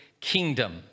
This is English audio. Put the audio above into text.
Kingdom